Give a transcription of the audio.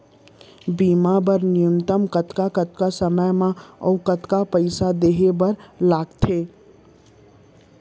बीमा बर न्यूनतम कतका कतका समय मा अऊ कतका पइसा देहे बर लगथे